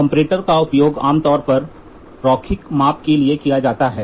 comparators का उपयोग आमतौर पर रैखिक माप के लिए किया जाता है